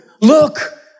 look